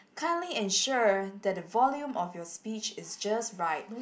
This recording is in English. kindly ensure that the volume of your speech is just right